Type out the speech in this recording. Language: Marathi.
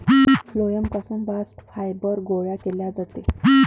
फ्लोएम पासून बास्ट फायबर गोळा केले जाते